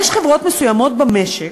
יש חברות מסוימות במשק,